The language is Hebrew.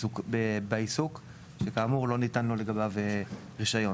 בעיסוק שכאמור לא ניתן לו לגביו רישיון.